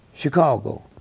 Chicago